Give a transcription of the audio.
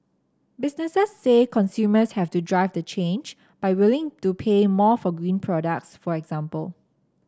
businesses say consumers have to drive the change by willing do pay more for green products for example